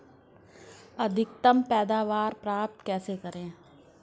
अधिकतम पैदावार प्राप्त कैसे करें?